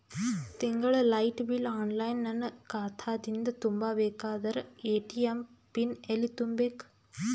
ತಿಂಗಳ light bill online ನನ್ನ ಖಾತಾ ದಿಂದ ತುಂಬಾ ಬೇಕಾದರ ಎ.ಟಿ.ಎಂ ಪಿನ್ ಎಲ್ಲಿ ತುಂಬೇಕ?